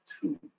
two